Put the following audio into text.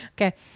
Okay